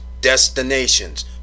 destinations